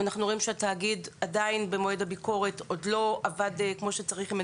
אבל במועד הביקורת אנחנו ראינו שבתחום